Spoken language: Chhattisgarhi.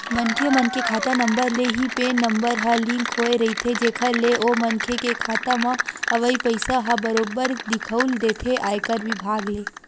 मनखे मन के खाता नंबर ले ही पेन नंबर ह लिंक होय रहिथे जेखर ले ओ मनखे के खाता म अवई पइसा ह बरोबर दिखउल देथे आयकर बिभाग ल